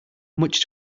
much